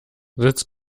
sitz